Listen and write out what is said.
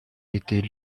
était